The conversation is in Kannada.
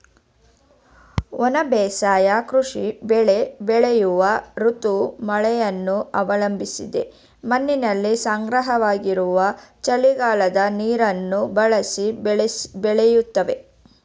ಒಣ ಬೇಸಾಯ ಕೃಷಿ ಬೆಳೆ ಬೆಳೆಯುವ ಋತು ಮಳೆಯನ್ನು ಅವಲಂಬಿಸದೆ ಮಣ್ಣಿನಲ್ಲಿ ಸಂಗ್ರಹವಾಗಿರುವ ಚಳಿಗಾಲದ ನೀರನ್ನು ಬಳಸಿ ಬೆಳಿತವೆ